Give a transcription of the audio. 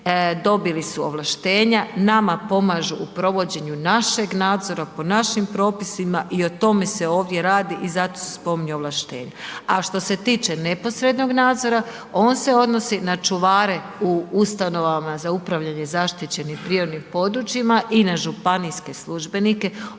dobili su ovlaštenja, nama pomažu u provođenju našeg nadzora, po našim propisima i o tome se ovdje radi i zato se spominju ovlaštenja. A što se tiče neposrednog nadzora, on se odnosi na čuvare u ustanovama za upravljanje zaštićenih .../Govornik se ne razumije./... područjima i na županijske službenike, oni nisu